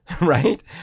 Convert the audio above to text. right